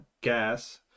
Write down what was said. gas